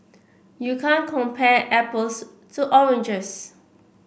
you can't compare apples to oranges